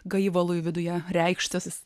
gaivalui viduje reikštis